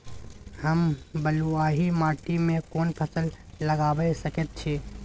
हम बलुआही माटी में कोन फसल लगाबै सकेत छी?